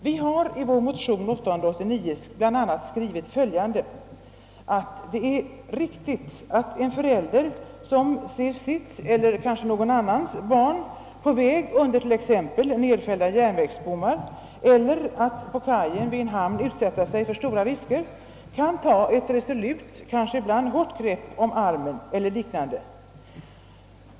Vi har i motion nr 889 bl.a. framhållit att det är riktigt att en förälder, vilken ser att eget eller annans barn är på väg under t.ex. nedfällda järnvägsbommar eller på en kaj vid en hamn utsätter sig för stora risker, tar ett resolut, kanske hårt grepp om barnets arm.